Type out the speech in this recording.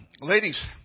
ladies